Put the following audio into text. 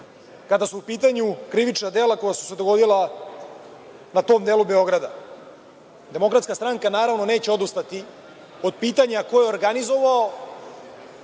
kada su u pitanju krivična dela koja su se dogodila na tom delu Beograda. Demokratska stranka, naravno neće odustati od pitanja ko je organizovao,